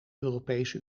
europese